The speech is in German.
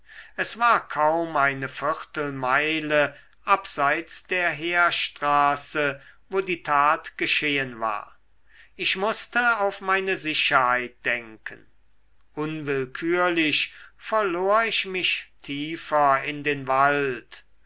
es war kaum eine viertelmeile abseits der heerstraße wo die tat geschehen war ich mußte auf meine sicherheit denken unwillkürlich verlor ich mich tiefer in den wald